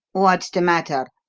what's the matter?